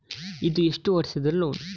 ಇದು ಎಷ್ಟು ವರ್ಷದ ಲೋನ್?